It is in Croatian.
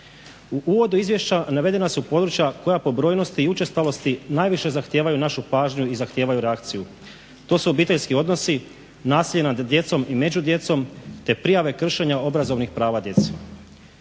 U uvodu izvješća navedena su područja koja po brojnosti i učestalosti najviše zahtijevaju našu pažnju i zahtijevaju reakciju. To su obiteljski odnosi, nasilje nad djecom i među djecom te prijave kršenja obrazovnih prava djece.